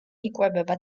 იკვებება